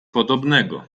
podobnego